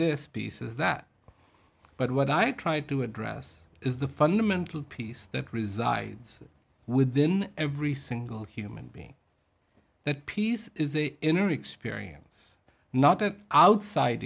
this pieces that but what i try to address is the fundamental peace that resides within every single human being that peace is a inner experience not an outside